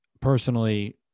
Personally